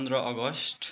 पन्ध्र अगस्ट